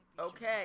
Okay